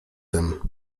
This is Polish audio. tym